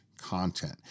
content